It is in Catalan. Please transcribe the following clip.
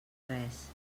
res